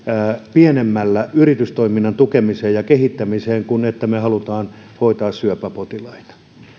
yritystoiminnan tukemiseen ja kehittämiseen pienemmällä kuin siihen että me haluamme hoitaa syöpäpotilaita